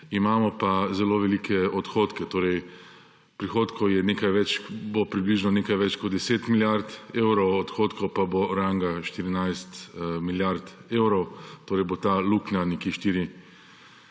imamo pa zelo velike odhodke. Torej, prihodkov bo približno nekaj več kot 10 milijard evrov, odhodkov pa bo ranga 14 milijard evrov; torej bo ta luknja nekih 4 milijarde